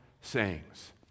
sayings